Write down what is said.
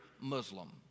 Muslim